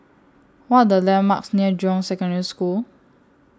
What Are The landmarks near Jurong Secondary School